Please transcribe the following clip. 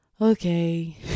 Okay